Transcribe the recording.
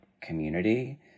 community